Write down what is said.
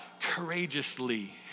courageously